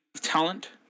talent